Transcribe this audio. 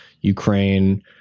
Ukraine